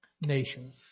nations